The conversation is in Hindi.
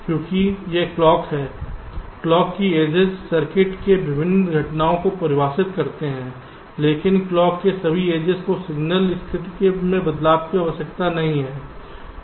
क्योंकि यह क्लॉक है क्लॉक के एजिज सर्किट में विभिन्न घटनाओं को परिभाषित करते हैं लेकिन क्लॉक के सभी एजिज को सिग्नल स्थिति में बदलाव की आवश्यकता नहीं है